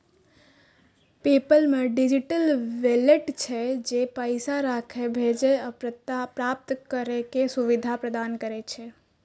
PayPal मे digital wallet छै, जे पैसा राखै, भेजै आ प्राप्त करै के सुविधा प्रदान करै छै